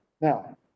Now